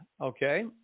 okay